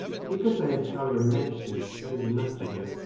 but because they have color and majesty, that is enough for her,